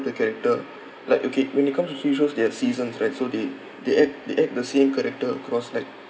the character like okay when it comes to T_V shows they have seasons right so they they act they act the same character across like